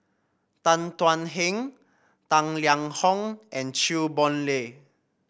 Tan Thuan Heng Tang Liang Hong and Chew Boon Lay